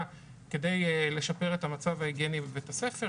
כדי לשפר את המצב ההיגייני בבית הספר,